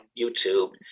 YouTube